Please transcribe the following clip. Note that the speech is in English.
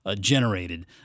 generated